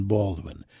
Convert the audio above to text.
Baldwin